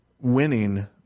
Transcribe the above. winning